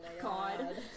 God